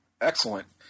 Excellent